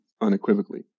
unequivocally